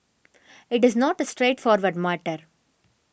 it is not the straightforward matter